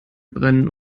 brennen